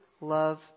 love